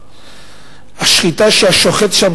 השחיטה שהשוחט שחט שם,